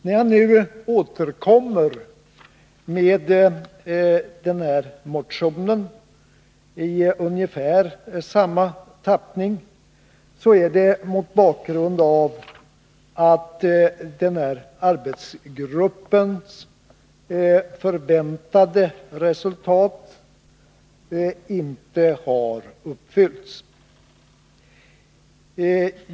När jag nu återkommer med denna motion i ungefär samma tappning, så är det mot bakgrund av att nämnda arbetsgrupps förväntade resultat inte har uppnåtts.